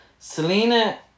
selena